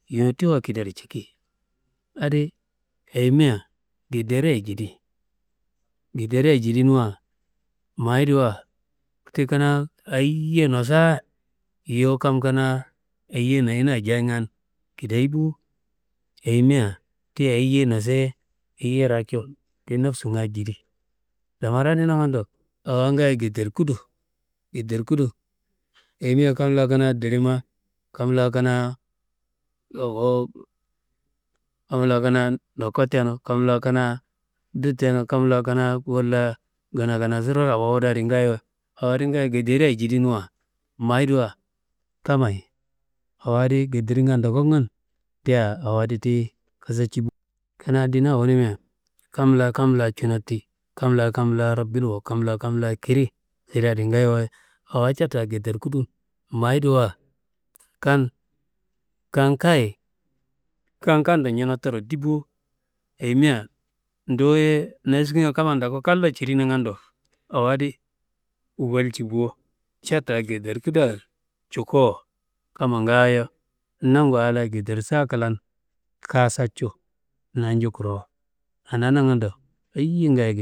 Yuwu tiwa kidaro ciki, adi ayimia ngederiyayi jidi ngederiyayi jidinua, mayediwa ti kanaa ayiye nosua yuwu kam kanaa ayiye noyina jengan kideyi bo, ayimia ti ayiye nosuye, ayiye racu ti nafsingayi jidi. Lamari adi nangando awo ngayo ngeterkudu ngeterkudu, ayimia kam la kanaa ndilima, kam la kanaa awo, kam la kanaa ndoko tenu, kam la kanaa du tenu, kam la kanaa nginanginasuro awowuda ngayo, awo adi ngayo ngederiyayi jidinua, mayediwa kammayi ngedernga ndokongun te kasaci bo. Ndina wunumia kam la kam layi cunoti, kam la kam laro bilwo, kam la kam laro kiri sire adi ngayowaye, awo ca da ngederkudu, mayediwa kan kan kayi, kan kando njunotoro di bo, ayimia duwuye naskinga kam ndoku kallo ciri nangando awo adi walci bo, ca da ngederguda cukowo kamma ngaayo nangu allayi ngederson klan kasacu nanju kuwuro, anaa nangando ayiye ngaayo akedi.